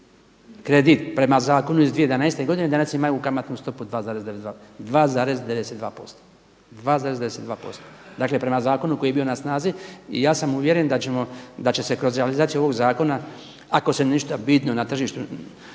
kredit prema zakonu iz 2011. godine danas imaju kamatnu stopu 2,92%, 2,92%, dakle prema zakonu koji je bio na snazi. I ja sam uvjeren da će se kroz realizaciju ovog zakona ako se ništa bitno na tržištu,